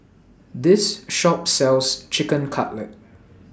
This Shop sells Chicken Cutlet